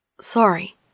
Sorry